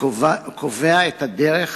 וקובע את הדרך